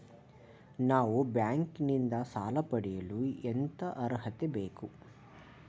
ನಾವು ಬ್ಯಾಂಕ್ ನಿಂದ ಸಾಲ ಪಡೆಯಲು ಎಂತ ಅರ್ಹತೆ ಬೇಕು?